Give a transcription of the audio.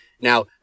Now